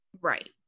Right